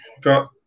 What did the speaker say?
got